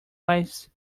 lives